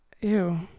Ew